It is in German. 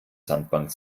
sandbank